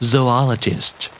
Zoologist